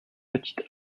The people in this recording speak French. petites